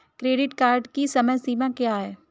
Credit card की समय सीमा क्या है?